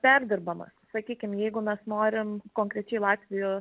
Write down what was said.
perdirbamas sakykim jeigu mes norim konkrečiai latvijos